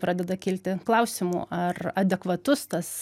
pradeda kilti klausimų ar adekvatus tas